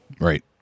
Right